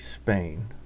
Spain